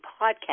podcast